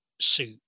suit